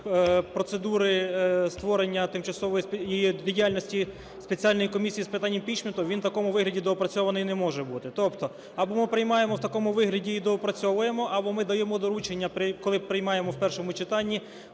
процедури створення тимчасової… і діяльності спеціальної комісії з питань імпічменту, він в такому вигляді доопрацьований не може бути. Тобто або ми приймаємо в такому вигляді і доопрацьовуємо, або ми даємо доручення, коли приймаємо в першому читанні,